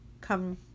come